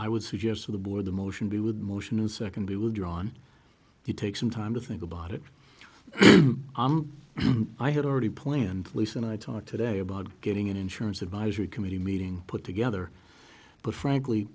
i would suggest to the board the motion be would motion and second be withdrawn to take some time to think about it i had already planned listen i talked today about getting an insurance advisory committee meeting put together but frankly